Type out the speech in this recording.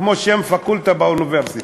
כמו שם פקולטה באוניברסיטה.